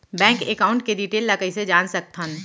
Bank account के detail ल कइसे जान सकथन?